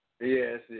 Yes